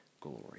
glory